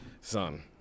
Son